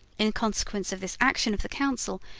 in consequence of this action of the council,